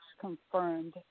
confirmed